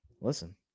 listen